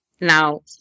Now